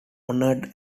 honored